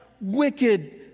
wicked